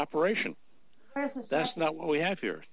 operation that's not what we have here